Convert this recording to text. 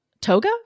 toga